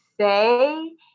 say